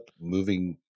moving